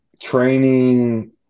training